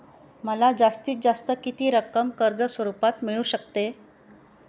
मला जास्तीत जास्त किती रक्कम कर्ज स्वरूपात मिळू शकते?